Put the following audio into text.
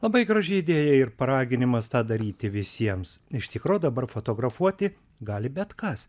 labai graži idėja ir paraginimas tą daryti visiems iš tikro dabar fotografuoti gali bet kas